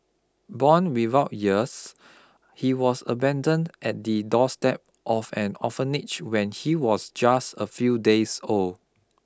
born without ears he was abandoned at the doorstep of an orphanage when he was just a few days old